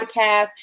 podcast